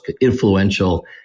influential